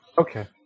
Okay